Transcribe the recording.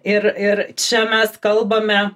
ir ir čia mes kalbame